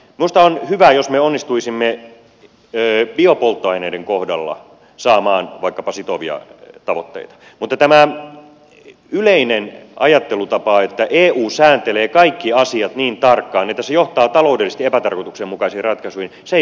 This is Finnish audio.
minusta on hyvä jos me onnistuisimme biopolttoaineiden kohdalla saamaan vaikkapa sitovia tavoitteita mutta tämä yleinen ajattelutapa että se että eu sääntelee kaikki asiat niin tarkkaan johtaa taloudellisesti epätarkoituksenmukaisiin ratkaisuihin ei ole hyvä